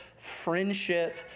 friendship